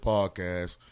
Podcast